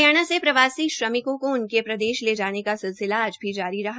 हरियाणा से प्रवासी श्रमिकों को उनक प्रदेश ले जाने का सिलसिला आज भी जारी रहा